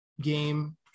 game